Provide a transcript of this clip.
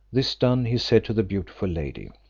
this done, he said to the beautiful lady,